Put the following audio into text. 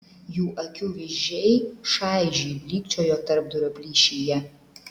jų akių vyzdžiai šaižiai blykčiojo tarpdurio plyšyje